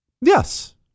Yes